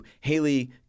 Haley